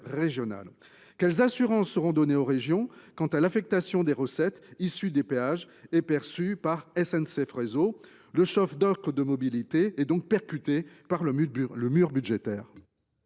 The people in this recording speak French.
Quelles assurances seront données aux régions sur l’affectation des recettes issues des péages et perçues par SNCF Réseau ? Le choc d’offre de mobilité est percuté par le mur budgétaire…